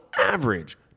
average